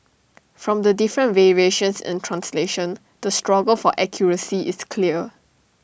from the different variations in translation the struggle for accuracy is clear